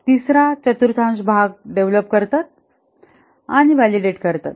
तिसरा चतुर्थांश भाग डेव्हलप करतात आणि व्हॅलिडेट करतात